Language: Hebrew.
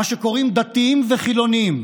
מה שקוראים, דתיים וחילונים.